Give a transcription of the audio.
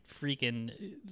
freaking